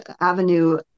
avenue